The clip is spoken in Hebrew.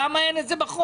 למה אין את זה בחוק?